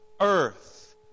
earth